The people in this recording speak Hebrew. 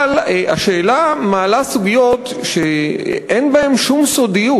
אבל השאלה מעלה סוגיות שאין בהן שום סודיות,